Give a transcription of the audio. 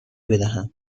بدهم